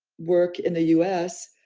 work in the us,